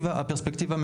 הישראלי.